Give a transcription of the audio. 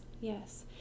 yes